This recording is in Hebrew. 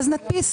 אז נדפיס?